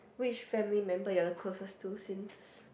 which family member you are closest to since